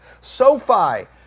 SoFi